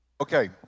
okay